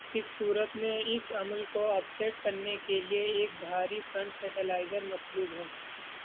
اس صورت میں اس عمل کو آفسیٹ کرنے کے لیے ایک بھاری فرنٹ مطلوب ہے